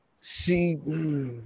See